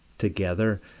together